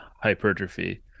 hypertrophy